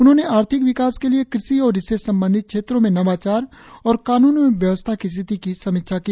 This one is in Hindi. उन्होंने आर्थिक विकास के लिए कृषि और इससे संबंधित क्षेत्रों में नवाचार और कानून एवं व्यवस्था की स्थिति की समीक्षा की